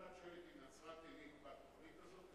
אם את שואלת אם נצרת-עילית בתוכנית הזאת,